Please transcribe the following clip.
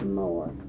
more